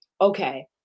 okay